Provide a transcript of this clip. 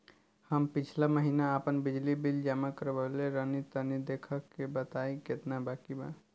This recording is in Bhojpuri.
हम पिछला महीना आपन बिजली बिल जमा करवले रनि तनि देखऽ के बताईं केतना बाकि बा?